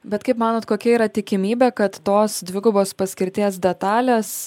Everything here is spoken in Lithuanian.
bet kaip manot kokia yra tikimybė kad tos dvigubos paskirties detalės